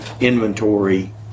inventory